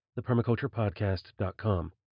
thepermaculturepodcast.com